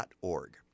org